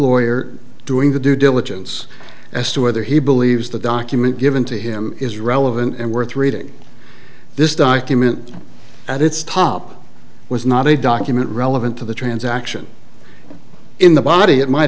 lawyer doing the due diligence as to whether he believes the document given to him is relevant and worth reading this document at its top was not a document relevant to the transaction in the body it might